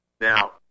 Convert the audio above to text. Now